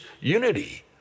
unity